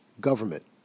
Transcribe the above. government